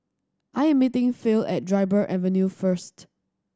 I am meeting Phil at Dryburgh Avenue first